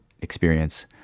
experience